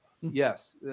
Yes